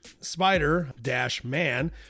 Spider-Man